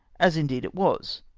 as indeed it was,